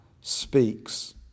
speaks